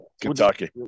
Kentucky